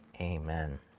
Amen